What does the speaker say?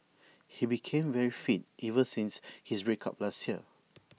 he became very fit ever since his break up last year